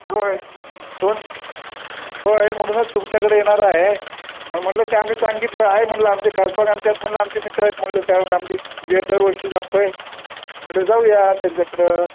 होय दोन होय म्हणूनच तुमच्याकडे येणार आहे म्हणलं ते आम्ही सांगितलं आहे म्हणलं आमचे खासबाग आ त्यात म्हणलं आमचे मित्र आहेत म्हणलं त्या आमची व दरवर्षी जातो आहे म्हणलं जाऊया त्यांच्याकडं